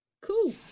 Cool